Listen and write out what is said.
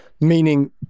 meaning